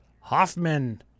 Hoffman